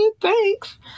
Thanks